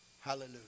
Hallelujah